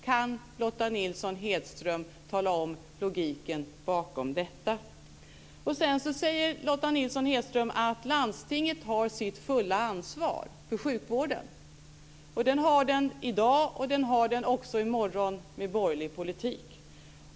Kan Lotta Nilsson-Hedström tala om logiken bakom detta? Sedan säger Lotta Nilsson-Hedström att landstinget har sitt fulla ansvar för sjukvården. Det har landstinget i dag och också i morgon med en borgerlig politik.